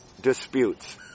disputes